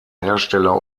hersteller